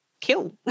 kill